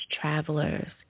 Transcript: travelers